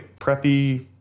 preppy